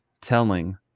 telling